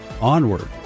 Onward